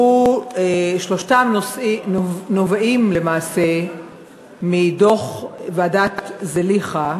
שלושתם נובעים למעשה מדוח ועדת זליכה.